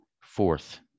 fourth